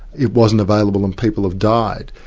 it wasn't available and people have died.